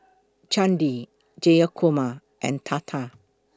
Chandi Jayakumar and Tata